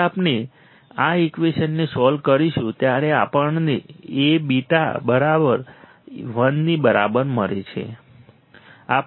જ્યારે આપણે આ ઈકવેશનને સોલ્વ કરીશું ત્યારે આપણને A β બરાબર 1 ની બરાબર મળશે